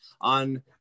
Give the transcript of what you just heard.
on